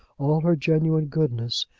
all her genuine goodness,